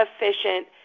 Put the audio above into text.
efficient